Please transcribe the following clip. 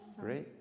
Great